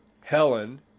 Helen